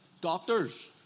doctors